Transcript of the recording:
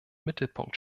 mittelpunkt